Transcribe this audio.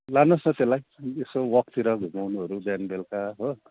लानुहोस् न त्यसलाई यसो वकतिर घुमाउनु बिहान बेलुका हो